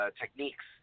techniques